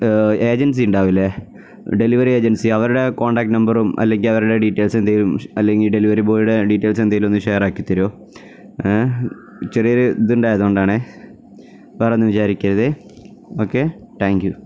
agency ഇണ്ടാവില്ലേ delivery agency അവരുടെ contact നമ്പറും അല്ലെങ്കില് അവരുടെ ഡീറ്റെയിൽസ് എന്തേലും അല്ലെങ്കില് ഡെലിവറി ബോയുടെ ഡീറ്റെയിൽസ് എന്തേലും ഒന്ന് ഷെയർ ആക്കിത്തരുമോ ചെറിയൊരു ഇതുണ്ടായതുകൊണ്ടാണേ വേറെയൊന്നും വിചാരിക്കരുതേ ഓക്കെ താങ്ക്യൂ